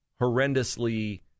horrendously